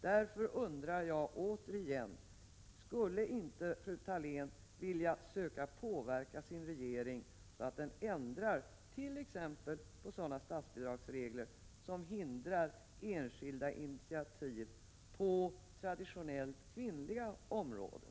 Därför undrar jag återigen: Skulle inte fru Thalén vilja söka påverka sin regering så att den ändrar på t.ex. sådana statsbidragsregler som hindrar enskilda initiativ på traditionellt kvinnliga områden?